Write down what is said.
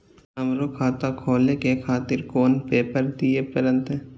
हमरो खाता खोले के खातिर कोन पेपर दीये परतें?